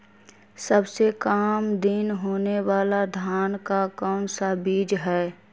सबसे काम दिन होने वाला धान का कौन सा बीज हैँ?